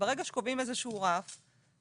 ברגע שקובעים איזשהו רף,